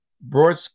broad